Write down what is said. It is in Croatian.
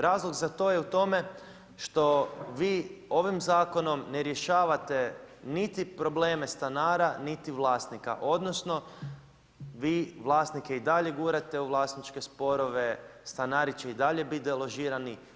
Razlog za to je u tome što vi ovim zakonom ne rješavate niti probleme stanara, niti vlasnika odnosno vi vlasnike i dalje gurate u vlasničke sporove, stanari će i dalje biti deložirani.